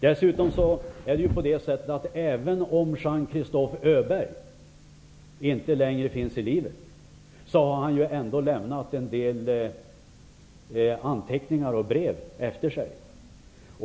Dessutom är det ju på det sättet att även om Jean Christophe Öberg inte längre finns i livet, har han lämnat en del anteckningar och brev efter sig.